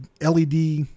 LED